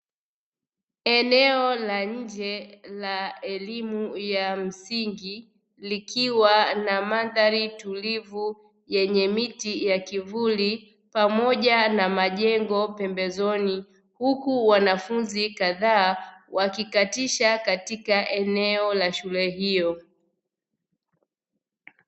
Eneo la nje la elimu ya msingi, likiwa na mandhari tulivu yenye miti ya kivuli pamoja na majengo pembezoni, huku wanafunzi kadhaa wakikatisha katika eneo la shule hiyo.